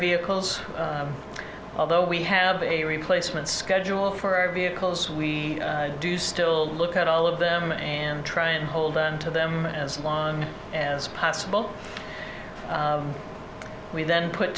vehicles although we have a replacement schedule for our vehicles we i do still look at all of them and try and hold on to them as long as possible we then put